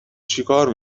چیکار